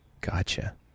Gotcha